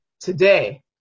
Today